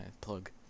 plug